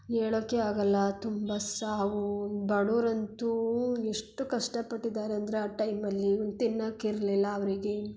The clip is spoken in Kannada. ಹೇಳೊಕ್ಕೆ ಆಗಲ್ಲ ತುಂಬ ಸಾವು ಬಡವ್ರಂತೂ ಎಷ್ಟು ಕಷ್ಟಪಟ್ಟಿದ್ದಾರೆ ಅಂದರೆ ಆ ಟೈಮಲ್ಲಿ ಒಂದು ತಿನ್ನಕ್ಕೆ ಇರಲಿಲ್ಲ ಅವರಿಗೆ